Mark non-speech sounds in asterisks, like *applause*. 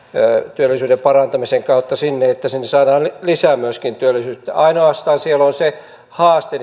työllisyyden parantamisen suhteen että sinne saadaan lisää työllisyyttä ainoastaan siellä uudenkaupungin alueella on se haaste *unintelligible*